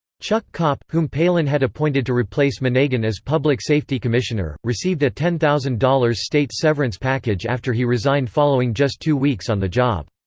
chuck kopp, whom palin had appointed to replace monegan as public safety commissioner, received a ten thousand dollars state severance package after he resigned following just two weeks on the job.